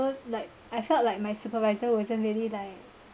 like I felt like my supervisor wasn't really like